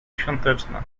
świąteczna